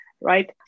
Right